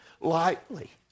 lightly